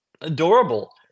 adorable